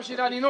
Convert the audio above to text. גם של איל ינון